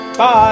Bye